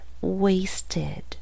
wasted